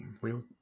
real